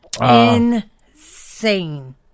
Insane